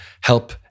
Help